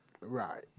Right